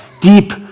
deep